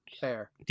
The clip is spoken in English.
Fair